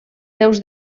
seus